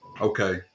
Okay